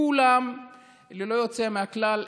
כולם ללא יוצא מן הכלל,